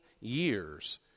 years